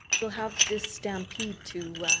we'll have this stampede to